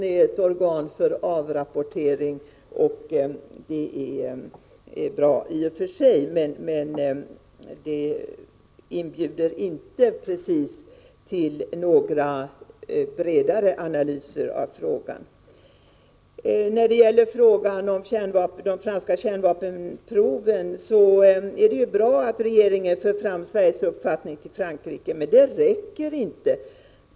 Den är ett organ för avrapportering — och det är i och för sig bra att den finns — men den inbjuder inte precis till några bredare analyser av frågan. När det gäller spörsmålet om de franska kärnvapenproven är det bra att regeringen för fram Sveriges uppfattning till Frankrike, men det räcker inte.